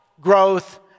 growth